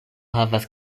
havas